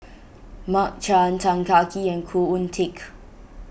Mark Chan Tan Kah Kee and Khoo Oon Teik